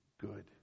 good